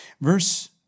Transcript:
Verse